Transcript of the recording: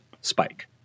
spike